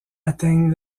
atteignent